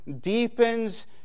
deepens